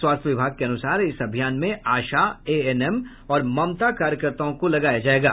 स्वास्थ्य विभाग के अनुसार इस अभियान में आशा एएनएम और ममता कार्यकर्ताओं को लगाया जायेगा